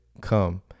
come